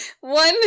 One